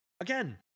again